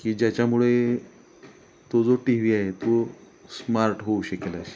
की ज्याच्यामुळे तो जो टी व्ही आहे तो स्मार्ट होऊ शकेल अशी